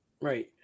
Right